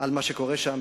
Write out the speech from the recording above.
על מה שקורה שם.